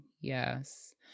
yes